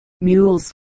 mules